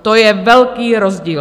To je velký rozdíl.